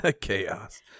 chaos